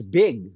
big